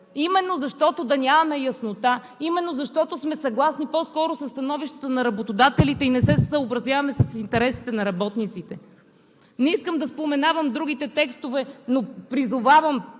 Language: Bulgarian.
Именно защото да нямаме яснота, именно защото сме съгласни по-скоро със становищата на работодателите и не се съобразяваме с интересите на работниците. Не искам да споменавам другите текстове, но призовавам